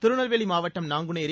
திருநெல்வேலி மாவட்டம் நாங்குநேரி